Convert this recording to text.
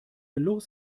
los